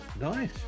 nice